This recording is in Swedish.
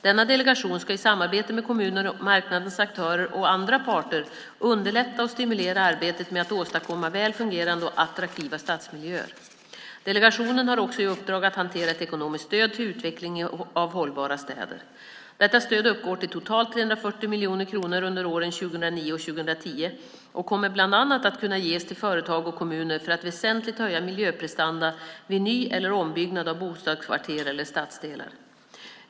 Denna delegation ska i samarbete med kommuner, marknadens aktörer och andra parter underlätta och stimulera arbetet med att åstadkomma välfungerande och attraktiva stadsmiljöer. Delegationen har också i uppdrag att hantera ett ekonomiskt stöd till utveckling av hållbara städer. Detta stöd uppgår till totalt 340 miljoner kronor under åren 2009 och 2010 och kommer bland annat att kunna ges till företag och kommuner för att väsentligt höja miljöprestanda vid ny eller ombyggnad av bostadskvarter eller stadsdelar.